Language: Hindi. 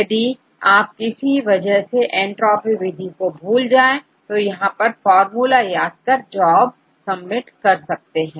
यदि आप किसी वजह से एंट्रॉफी विधि को भूल जाए तो यहां पर फार्मूला याद कर जॉब सबमिट कर सकते हैं